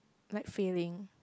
like failing